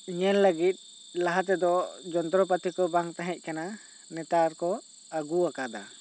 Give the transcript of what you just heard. ᱧᱮᱞ ᱞᱟᱹᱜᱤᱫ ᱞᱟᱦᱟ ᱛᱮᱫᱚ ᱡᱚᱱᱛᱨᱚᱯᱟᱹᱛᱤ ᱠᱚ ᱵᱟᱝ ᱛᱟᱦᱮᱸ ᱠᱟᱱᱟ ᱱᱮᱛᱟᱨ ᱠᱚ ᱟᱹᱜᱩ ᱟᱠᱟᱫᱟ